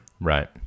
Right